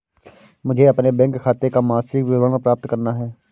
मुझे अपने बैंक खाते का मासिक विवरण प्राप्त करना है?